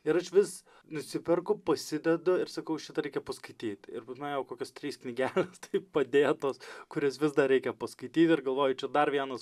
ir aš vis nusiperku pasidedu ir sakau šitą reikia paskaityt ir pas mane jau kokios trys knygelės taip padėtos kurias vis dar reikia paskaityt ir galvoju čia dar vienas